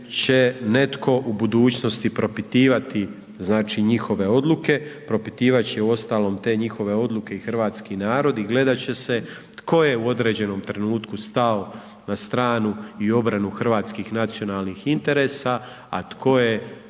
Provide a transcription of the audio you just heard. netko u budućnosti propitivati znači njihove odluke, propitivati će uostalom te njihove odluke i hrvatski narod i gledat će se tko je u određenom trenutku stao na stranu i obranu hrvatskih nacionalnih interesa, a tko je